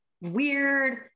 weird